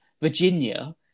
Virginia